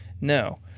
no